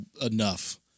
enough